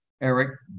Eric